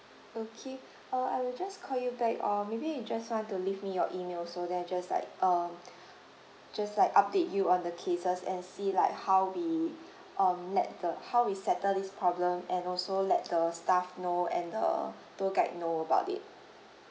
okay uh I will just call you back uh maybe you just want to leave me your email so then just like um just like update you on the cases and see like how we um let the how we settle this problem and also let the staff know and the tour guide know about it